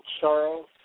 Charles